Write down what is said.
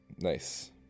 Nice